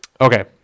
Okay